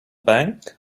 bank